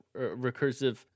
recursive